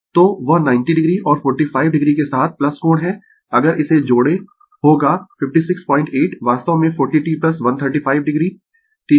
तो वह 90 o और 45 o के साथ कोण है अगर इसे जोड़ें होगा 568 वास्तव में 40 t 135 o ठीक है